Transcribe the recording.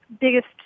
biggest